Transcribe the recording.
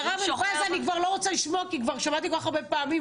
על הרב אלבז אני כבר לא רוצה לשמוע כי כבר שמעתי כל כך הרבה פעמים,